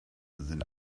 sind